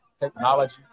technology